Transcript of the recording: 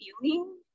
feeling